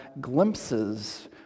glimpses